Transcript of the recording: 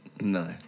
No